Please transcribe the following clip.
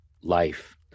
life